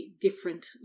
different